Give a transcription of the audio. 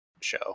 show